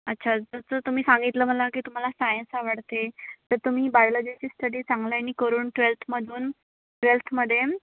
अच्छा जर तुम्ही सांगितलं मला की तुम्हाला सायन्स आवडते तर तुम्ही बायोलॉजीची स्टडी चांगल्याने करून ट्वेल्थमधून ट्वेल्थमध्ये